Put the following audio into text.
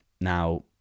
Now